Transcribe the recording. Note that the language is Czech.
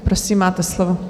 Prosím, máte slovo.